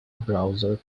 browser